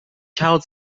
child